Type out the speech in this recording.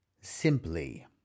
simply